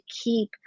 keep